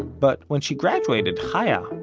but when she graduated, chaya,